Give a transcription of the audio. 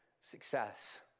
success